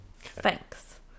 thanks